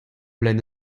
lenn